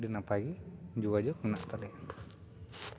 ᱟᱹᱰᱤ ᱱᱟᱯᱟᱭ ᱜᱮ ᱡᱳᱜᱟᱡᱳᱜ ᱢᱮᱱᱟᱜ ᱛᱟᱞᱮᱭᱟ